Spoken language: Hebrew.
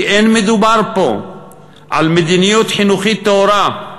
כי לא מדובר פה על מדיניות חינוכית טהורה,